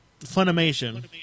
Funimation